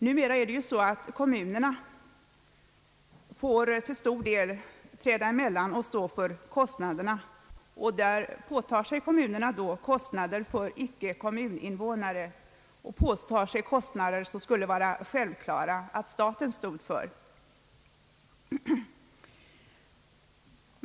Numera får kommunerna till stor del träda emellan och stå för kostnaderna, och kommunerna påtar sig kostnader för icke kommuninvånare som det borde vara självklart att staten skulle betala.